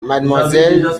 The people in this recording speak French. mademoiselle